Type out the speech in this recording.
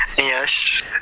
Yes